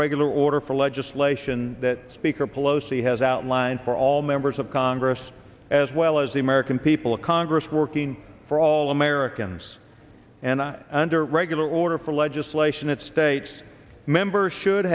regular order for legislation that speaker pelosi has outlined for all members of congress as well as the american people a congress working for all americans and under regular order for legislation it states members should